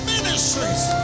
Ministries